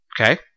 Okay